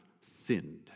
sinned